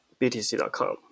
btc.com